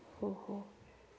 हो हो